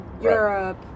Europe